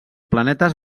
planetes